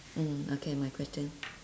mm okay my question